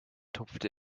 tupft